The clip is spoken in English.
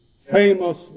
Famous